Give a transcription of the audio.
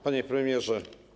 Panie Premierze!